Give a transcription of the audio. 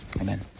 amen